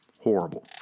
Horrible